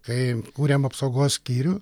kai kūrėm apsaugos skyrių